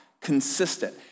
consistent